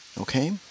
okay